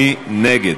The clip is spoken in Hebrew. מי נגד?